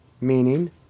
meaning